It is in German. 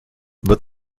wird